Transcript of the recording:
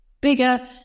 bigger